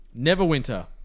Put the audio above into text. neverwinter